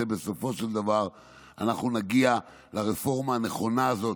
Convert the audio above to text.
בסופו של דבר אנחנו נגיע לרפורמה הנכונה הזאת,